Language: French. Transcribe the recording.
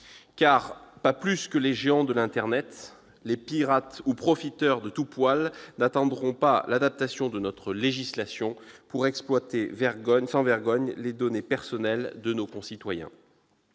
pas plus que les géants de l'Internet, les pirates ou profiteurs de tout poil n'attendront pas l'adaptation de notre législation pour exploiter sans vergogne les données personnelles de nos concitoyens.